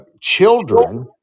children